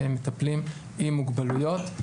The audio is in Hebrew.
מטפלים עם מוגבלויות.